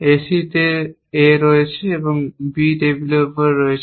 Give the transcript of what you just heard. AC A তে রয়েছে এবং B টেবিলের উপর রয়েছে